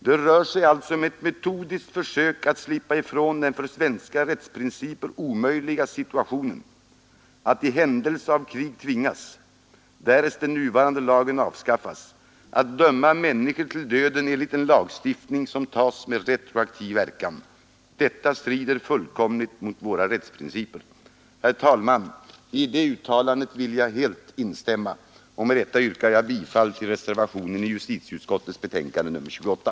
Det rör sig alltså om ett metodiskt försök att slippa ifrån den för svenska rättsprinciper omöjliga situationen att i händelse av krig tvingas därest den nuvarande lagen avskaffas — att döma människor till döden enligt en lagstiftning som tas med retroaktiv verkan. Detta strider fullkomligt mot våra rättsprinciper.” I det uttalandet vill jag helt instämma. Med detta ber jag att få yrka bifall till reservationen vid justitieutskottets betänkande nr 28.